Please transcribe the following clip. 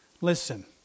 Listen